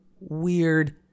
weird